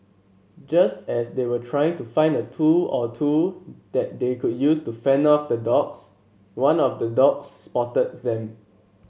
just as they were trying to find a tool or two that they could use to fend off the dogs one of the dogs spotted them